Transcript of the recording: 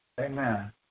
Amen